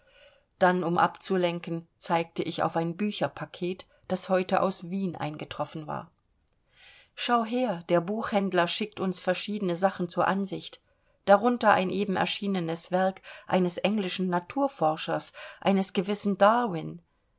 dann um abzulenken zeigte ich auf ein bücherpaket das heute aus wien eingetroffen war schau her der buchhändler schickt uns verschiedene sachen zur ansicht darunter ein eben erschienenes werk eines englischen naturforschers eines gewissen darwin